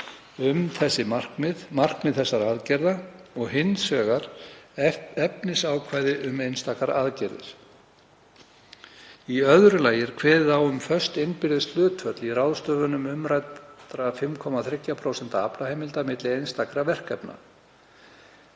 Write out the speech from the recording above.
ákvæði um markmið þessara aðgerða og hins vegar efnisákvæði um einstakar aðgerðir. Í öðru lagi er kveðið á um föst innbyrðis hlutföll í ráðstöfun umræddra 5,3% aflaheimilda milli einstakra verkefna.